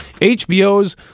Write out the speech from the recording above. HBO's